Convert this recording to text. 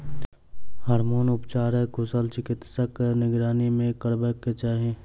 hormone उपचार कुशल चिकित्सकक निगरानी मे करयबाक चाही